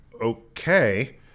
okay